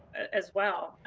as well.